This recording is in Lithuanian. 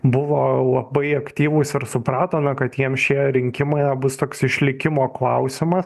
buvo labai aktyvūs ir suprato na kad jiems šie rinkimai na bus toks išlikimo klausimas